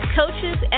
coaches